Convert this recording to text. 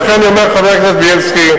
לכן אני אומר לחבר הכנסת בילסקי: